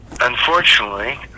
unfortunately